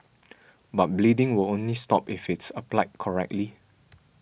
but bleeding will only stop if it's applied correctly